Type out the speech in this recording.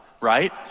right